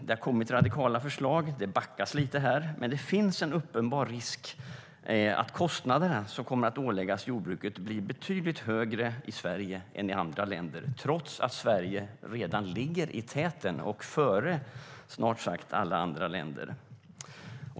Det har kommit radikala förslag - och det backas lite här när det gäller dem - men det finns en uppenbar risk att kostnaderna som kommer att åläggas jordbruket blir betydligt högre i Sverige än i andra länder trots att Sverige redan ligger i täten före snart sagt alla andra länder.